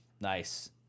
nice